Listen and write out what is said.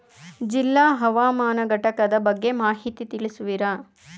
ಜಿಲ್ಲಾ ಹವಾಮಾನ ಘಟಕದ ಬಗ್ಗೆ ಮಾಹಿತಿ ತಿಳಿಸುವಿರಾ?